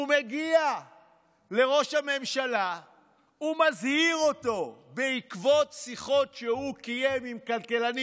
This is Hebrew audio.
הוא מגיע לראש הממשלה ומזהיר אותו בעקבות שיחות שהוא קיים עם כלכלנים